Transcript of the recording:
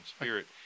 spirit